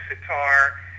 sitar